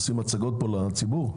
עושים הצגות פה לציבור?